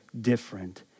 different